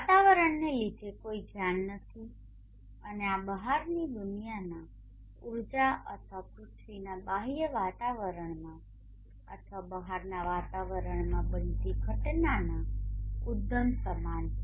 વાતાવરણને લીધે કોઈ ધ્યાન નથી અને આ બહારની દુનિયાના ઉર્જા અથવા પૃથ્વીના બાહ્ય વાતાવરણમાં અથવા બહારના વાતાવરણમાં બનતી ઘટનાના ઉદ્ગમ સમાન છે